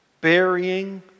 Burying